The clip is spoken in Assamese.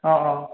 অঁ অঁ